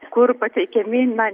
kur pateikiami na